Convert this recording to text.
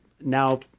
now